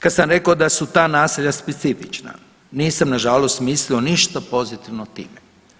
Kad sam rekao da su ta naselja specifična nisam nažalost mislio ništa pozitivno time.